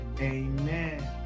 amen